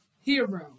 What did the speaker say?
Hero